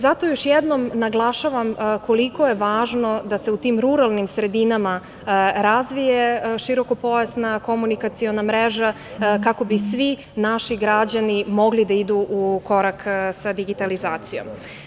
Zato još jednom naglašavam koliko je važno da se u tim ruralnim sredinama razvije širokopojasna komunikaciona mreža, kako bi svi naši građani mogli da idu ukorak sa digitalizacijom.